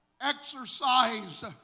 exercise